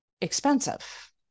expensive